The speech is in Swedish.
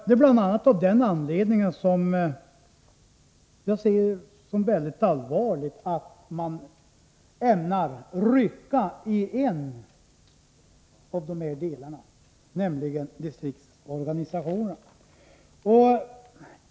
Det är bl.a. just på grund av att det gäller tre olika delar som jag ser det som mycket allvarligt att man ämnar rycka i en av dessa delar, nämligen distriktsorganisationen.